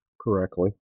correctly